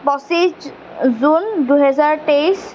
পঁচিছ জুন দুহেজাৰ তেইছ